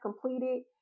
completed